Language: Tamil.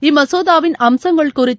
இம்மசோதாவின் அம்சங்கள் குறித்து